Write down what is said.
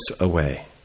away